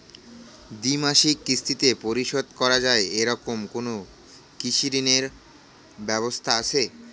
দ্বিমাসিক কিস্তিতে পরিশোধ করা য়ায় এরকম কোনো কৃষি ঋণের ব্যবস্থা আছে?